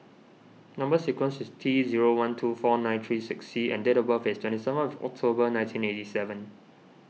Number Sequence is T zero one two four nine three six C and date of birth is twenty seventh October nineteen eighty seven